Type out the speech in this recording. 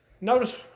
Notice